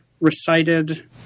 recited